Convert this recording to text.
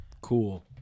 Cool